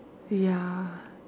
ya